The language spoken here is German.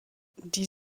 die